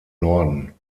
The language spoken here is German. norden